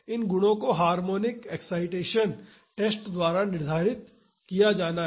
इन गुणों को harmonic excitation test द्वारा निर्धारित किया जाना है